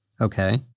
Okay